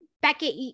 Beckett